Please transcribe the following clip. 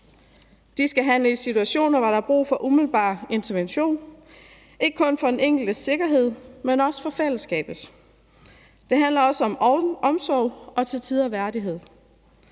De skal handle i situationer, hvor der er brug for umiddelbar intervention, ikke kun for den enkeltes sikkerhed, men også for fællesskabets. Det handler også om omsorg og til tider værdighed.